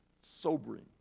sobering